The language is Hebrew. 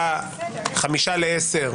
ב-09:55